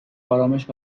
ارامش